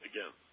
Again